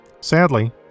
Sadly